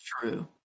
true